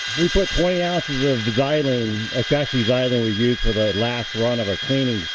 we put point ounces of dividing akashi's either for the last run of a cleaning